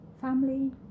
family